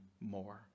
more